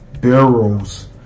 barrels